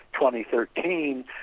2013